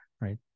right